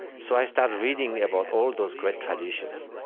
so i started reading about all those great traditions,